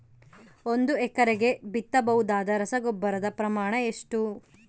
ಒಂದು ಎಕರೆಗೆ ಬಿತ್ತಬಹುದಾದ ರಸಗೊಬ್ಬರದ ಪ್ರಮಾಣ ಎಷ್ಟು?